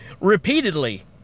Repeatedly